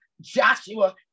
Joshua